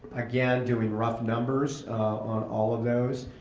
again, doing rough numbers on all of those.